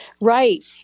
Right